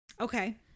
Okay